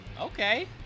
Okay